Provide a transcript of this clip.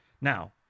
Now